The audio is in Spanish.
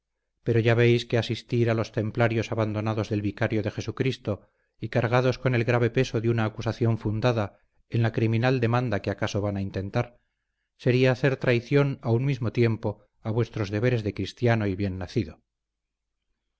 pero ya veis que asistir a los templarios abandonados del vicario de jesucristo y cargados con el grave peso de una acusación fundada en la criminal demanda que acaso van a intentar sería hacer traición a un mismo tiempo a vuestros deberes de cristiano y bien nacido